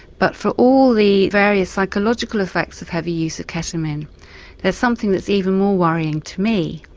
but for all the various psychological effects of heavy use of ketamine there's something that's even more worrying to me,